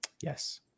Yes